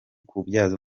kubyaza